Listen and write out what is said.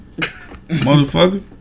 Motherfucker